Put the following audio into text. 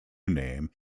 name